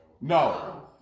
No